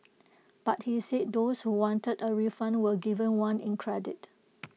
but he said those who wanted A refund were given one in credit